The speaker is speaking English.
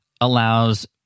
allows